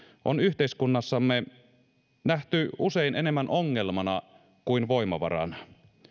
on yhteiskunnassamme nähty usein enemmän ongelmana kuin voimavarana